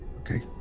Okay